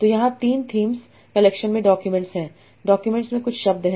तो यहाँ 3 themes collection में डॉक्यूमेंट्स हैं डॉक्यूमेंट्स में कुछ शब्द हैं